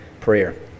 prayer